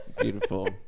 beautiful